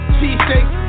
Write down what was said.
Cheesecake